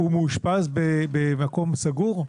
מאושפז במקום סגור?